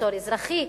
מצור אזרחי?